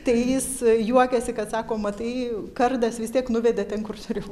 tai jis juokiasi kad sako matai kardas vis tiek nuvedė ten kur turėjau